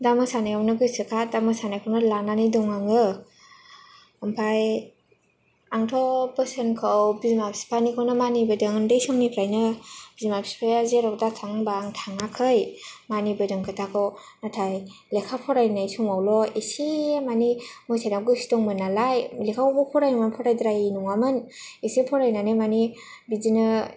दा मोसानायावनो गोसोखा दा मोसानायखौनो लानानै दं आङो ओमफ्राय आंथ' बोसोनखौ बिमा बिफानिखौनो मानिबोदों उन्दै समनिफ्रायनो बिमा बिफाया जेराव दाथां होनबा आं थाङाखै मानिबोदों खोथाखौ नाथाय लेखा फरायनाय समावल' एसे माने मोसानायाव गोसो दंमोन नालाय लेखाखौबो फरायोमोन फरायद्रायै नङामोन एसे फरायनानै माने बिदिनो